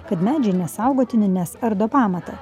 kad medžiai nesaugotini nes ardo pamatą